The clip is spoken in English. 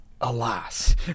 alas